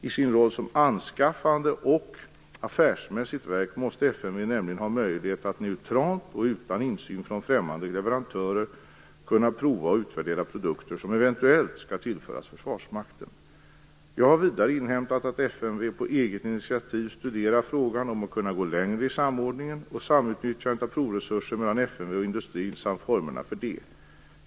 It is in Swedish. I sin roll som anskaffande och affärsmässigt verk måste FMV nämligen ha möjlighet att neutralt och utan insyn från främmande leverantörer kunna prova och utvärdera produkter som eventuellt skall tillföras Försvarsmakten. Jag har vidare inhämtat att FMV på eget initiativ studerar frågan om att kunna gå längre i samordningen och samutnyttjandet av provresurser mellan FMV och industrin samt formerna för det.